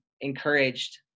encouraged